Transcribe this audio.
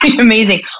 amazing